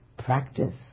Practice